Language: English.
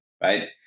right